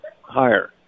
higher